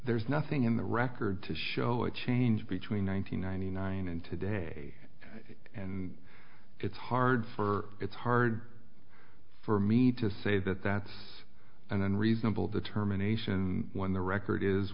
there's nothing in the record to show a change between one thousand nine hundred nine and today and it's hard for it's hard for me to say that that's an unreasonable determination when the record is